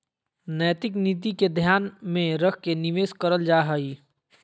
नैतिक नीति के ध्यान में रख के निवेश करल जा हइ